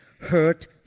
hurt